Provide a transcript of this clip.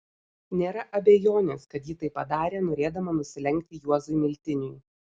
nėra abejonės kad ji tai padarė norėdama nusilenkti juozui miltiniui